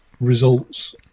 results